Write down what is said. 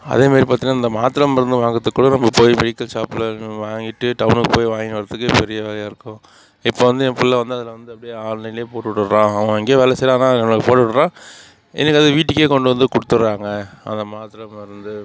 அதே மாரி பார்த்திங்கன்னா இந்த மாத்திர மருந்து வாங்கிறத்துக்கூட நம்ம போய் மெடிக்கல் ஷாப்பில் நின்று வாங்கிட்டு டவுனுக்கு போய் வாங்கினு வரத்துக்கு பெரிய வேலையாக இருக்கும் இப்போ வந்து என் பிள்ளை வந்து அதில் வந்து அப்படியே ஆன்லைன்லேயே போட்டு விட்டுடுறான் அவன் எங்கேயோ வேலை செய்கிறான் தான் எனக்கு போட்டு விட்டுடுறான் வீட்டுக்கு கொண்டு வந்து கொடுத்தடுறாங்க அந்த மாத்திர மருந்து